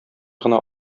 гына